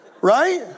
right